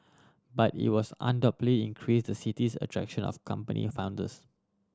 but it will undoubtedly increase the city's attraction of company founders